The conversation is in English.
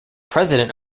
president